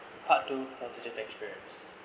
part two positive experience